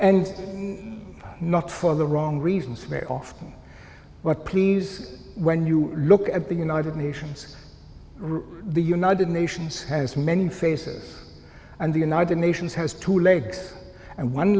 and not for the wrong reasons but please when you look at the united nations the united nations has many faces and the united nations has two legs and one